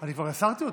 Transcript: אני כבר הסרתי אותו.